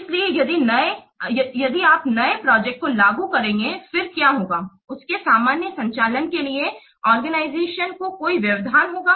इसलिए यदि आप नए प्रोजेक्ट को लागू करेंगे फिर क्या होगा उसके सामान्य संचालन के लिए ऑर्गेनाइजेशन को कोई व्यवधान होगा